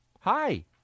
Hi